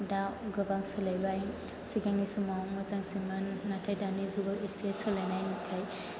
दा गोबां सोलायबाय सिगांनि समाव मोजांसिनमोन नाथाय दानि जुगाव एसे सोलायनाय नुबाय